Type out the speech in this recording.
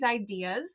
ideas